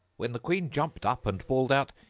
when the queen jumped up and bawled out,